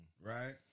right